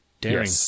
Daring